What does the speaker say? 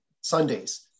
Sunday's